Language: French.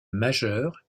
majeur